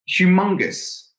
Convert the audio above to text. humongous